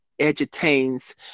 edutains